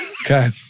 okay